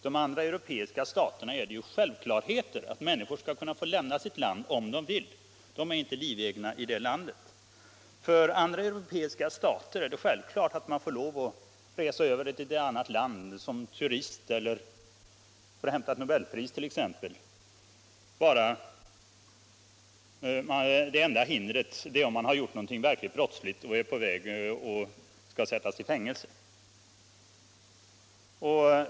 För andra europeiska stater är det självklart att människor skall kunna få lämna sitt land om de vill. De är inte livegna i det landet. För andra europeiska stater är det självklart att man kan resa över till ett annat land som turist eller t.ex. för att hämta ett nobelpris. Det enda hindret är om man har gjort någonting verkligt brottsligt och skall sättas i fängelse.